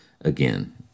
again